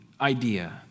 idea